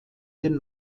den